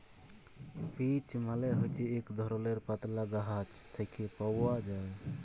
peach মালে হছে ইক ধরলের পাতলা গাহাচ থ্যাকে পাউয়া যায়